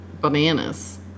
Bananas